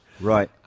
right